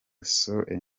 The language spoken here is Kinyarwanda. soeur